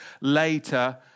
later